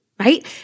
right